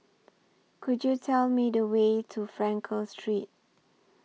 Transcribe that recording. Could YOU Tell Me The Way to Frankel Street